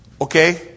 Okay